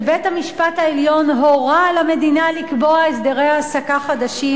שבית-המשפט העליון הורה למדינה לקבוע הסדרי העסקה חדשים,